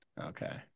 Okay